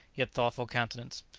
yet thoughtful countenance.